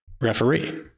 referee